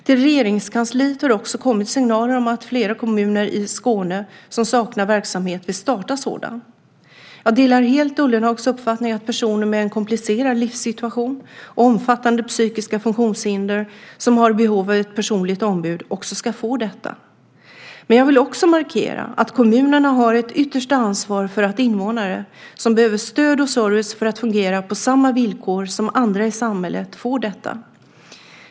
Till Regeringskansliet har det också kommit signaler om att flera kommuner i Skåne som saknar verksamhet vill starta sådan. Jag delar helt Ullenhags uppfattning att personer med en komplicerad livssituation och omfattande psykiska funktionshinder som har behov av ett personligt ombud också ska få detta. Men jag vill också markera att kommunerna har ett yttersta ansvar för att invånare som behöver stöd och service för att fungera på samma villkor som andra i samhället får detta.